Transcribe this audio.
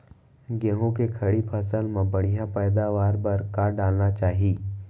गेहूँ के खड़ी फसल मा बढ़िया पैदावार बर का डालना चाही?